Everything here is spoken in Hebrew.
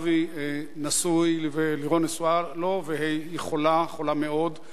אבי נשוי, ולירון נשואה לו והיא חולה מאוד.